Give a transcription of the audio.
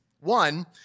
One